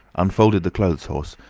unfolded the clothes-horse,